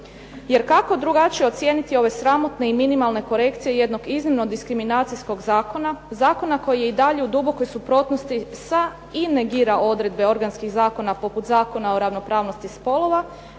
Jer kako drugačije ocijeniti ove sramotne i minimalne korekcije jednog iznimno diskriminacijskog zakona, zakona koji je i dalje u dubokoj suprotnosti sa i negira odredbe organskih zakona poput Zakona o ravnopravnosti spolova